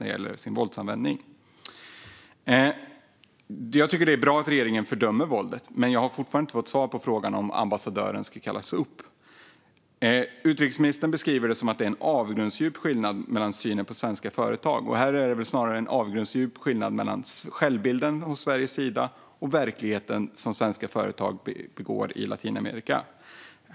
Det är bra att regeringen fördömer våldet, men jag har fortfarande inte fått svar på frågan om ambassadören ska kallas upp. Utrikesministern beskriver det som att det är en avgrundsdjup skillnad i synen hos svenska företag. Men det är snarare en avgrundsdjup skillnad mellan Sveriges självbild och hur svenska företag i Latinamerika agerar i verkligheten.